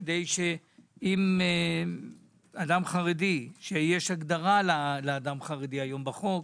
כדי שאם אדם חרדי, שיש הגדרה לאדם חרדי היום בחוק,